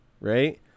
right